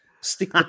stick